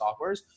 softwares